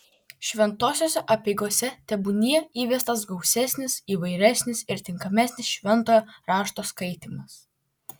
šventosiose apeigose tebūnie įvestas gausesnis įvairesnis ir tinkamesnis šventojo rašto skaitymas